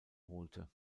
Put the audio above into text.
holte